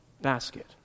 basket